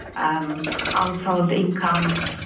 um household incomes,